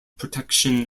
protection